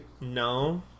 no